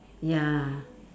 ya